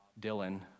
Dylan